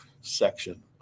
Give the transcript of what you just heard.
section